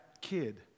kid